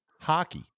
hockey